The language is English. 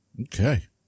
Okay